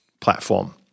platform